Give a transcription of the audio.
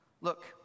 Look